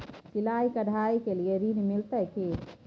सिलाई, कढ़ाई के लिए ऋण मिलते की?